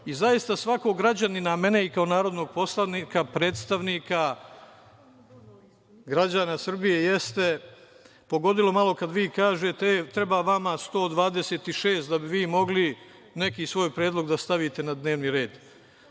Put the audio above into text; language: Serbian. boljitak. Svakog građanina, a i mene kao narodnog poslanika, predstavnika građana Srbije, jeste pogodilo malo kad vi kažete - e, treba vama 126, da bi vi mogli neki svoj predlog da stavite na dnevni red.